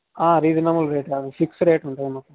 reasonable rate కాదు fix rate ఉంటుంది మాకు